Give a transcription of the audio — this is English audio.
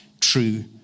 true